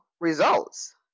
results